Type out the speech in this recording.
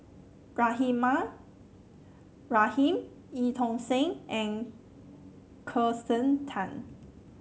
Rahimah Rahim Eu Tong Sen and Kirsten Tan